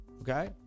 okay